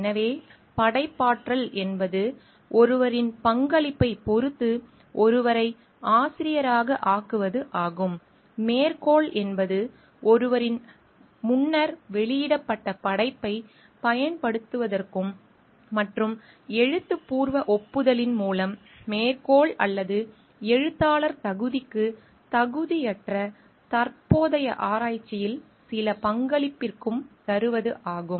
எனவே படைப்பாற்றல் என்பது ஒருவரின் பங்களிப்பைப் பொறுத்து ஒருவரை ஆசிரியராக ஆக்குவது ஆகும் மேற்கோள் என்பது ஒருவரின் முன்னர் வெளியிடப்பட்ட படைப்பைப் பயன்படுத்துவதற்கும் மற்றும் எழுத்துப்பூர்வ ஒப்புதலின் மூலம் மேற்கோள் அல்லது எழுத்தாளர் தகுதிக்கு தகுதியற்ற தற்போதைய ஆராய்ச்சியில் சில பங்களிப்பிற்கும் தருவது ஆகும்